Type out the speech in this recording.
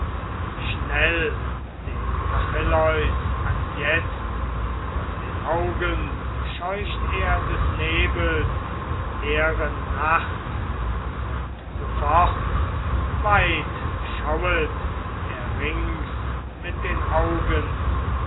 schnell dem achilleus anjetzt von den augen scheucht er des nebels hehre nacht und sofort weit schauet er rings mit den augen